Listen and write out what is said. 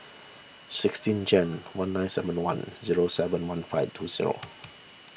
sixteen Jan one nine seven one zero seven one five two zero